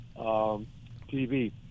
TV